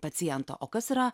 paciento o kas yra